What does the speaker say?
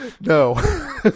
No